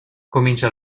comincia